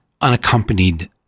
unaccompanied